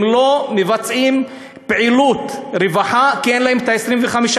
הם לא מבצעים פעילות רווחה כי אין להם את ה-25%.